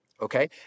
okay